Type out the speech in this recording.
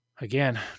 again